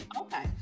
Okay